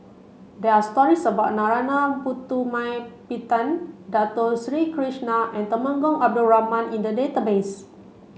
there are stories about Narana Putumaippittan Dato Sri Krishna and Temenggong Abdul Rahman in the database